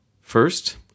First